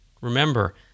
Remember